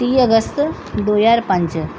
ਤੀਹ ਅਗਸਤ ਦੋ ਹਜ਼ਾਰ ਪੰਜ